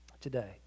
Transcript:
today